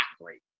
great